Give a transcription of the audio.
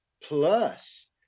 Plus